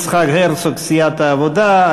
יצחק הרצוג מסיעת העבודה,